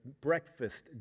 breakfast